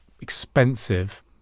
expensive